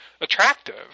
attractive